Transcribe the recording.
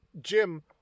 Jim